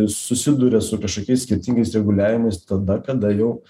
susiduria su kažkokiais skirtingais reguliavimais tada kada jau